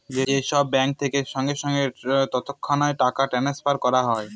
যে সব ব্যাঙ্ক থেকে সঙ্গে সঙ্গে তৎক্ষণাৎ টাকা ট্রাস্নফার করা হয়